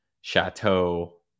chateau